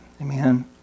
Amen